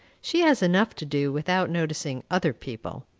she has enough to do without noticing other people.